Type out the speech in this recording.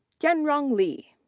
tianrong li.